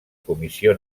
comissió